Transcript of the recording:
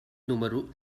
número